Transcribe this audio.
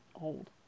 old